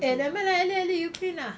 eh nevermind lah ellie ellie you print lah